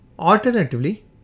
Alternatively